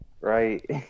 Right